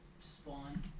spawn